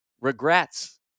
Regrets